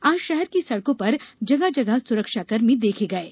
आज शहर की सड़कों पर जगह जगह सुरक्षाकर्मी देखे गये